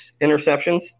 interceptions